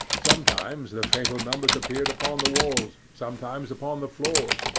sometimes the fatal numbers appeared upon the walls, sometimes upon the floors,